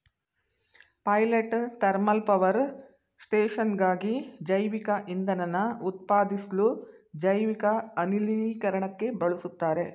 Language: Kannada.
ಪೈಲಟ್ ಥರ್ಮಲ್ಪವರ್ ಸ್ಟೇಷನ್ಗಾಗಿ ಜೈವಿಕಇಂಧನನ ಉತ್ಪಾದಿಸ್ಲು ಜೈವಿಕ ಅನಿಲೀಕರಣಕ್ಕೆ ಬಳುಸ್ತಾರೆ